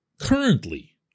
currently